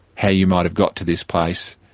how you might have got to this place